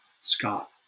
Scott